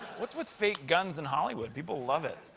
what's with fake guns in hollywood? people love it.